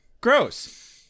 Gross